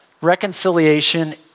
reconciliation